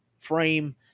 Frame